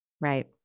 Right